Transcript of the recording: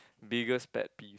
biggest pet peeve